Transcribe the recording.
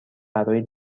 برای